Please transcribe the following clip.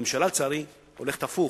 הממשלה לצערי הולכת הפוך.